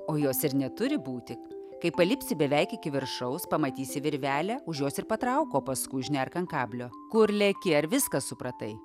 o jos ir neturi būti kai palipsi beveik iki viršaus pamatysi virvelę už jos ir patrauk o paskui užnerk ant kablio kur leki ar viską supratai